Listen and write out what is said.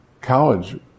college